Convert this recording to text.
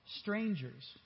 strangers